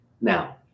Now